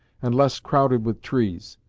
and less crowded with trees.